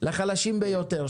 לחלשים ביותר,